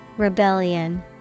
Rebellion